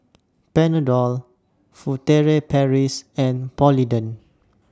Panadol Furtere Paris and Polident